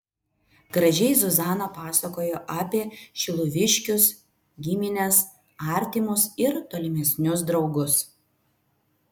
gražiai zuzana pasakojo apie šiluviškius gimines artimus ir tolimesnius draugus